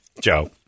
Joe